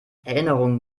erinnerungen